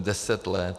Deset let.